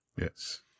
Yes